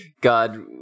God